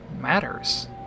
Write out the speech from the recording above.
matters